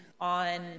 on